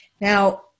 Now